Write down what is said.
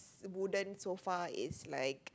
wooden sofa is like